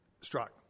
Struck